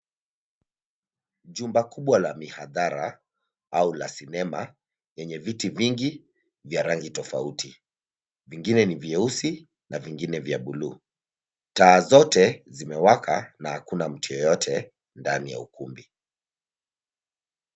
Jumba kubwa la mihadhara, au la sinema, enye viti vingi, vya rangi tofauti, vingine ni vieusi, na vingine vya buluu, taa zote, zimewaka na hakuna mtu yeyote, ndani ya ukumbi.